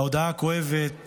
ההודעה הכואבת